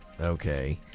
okay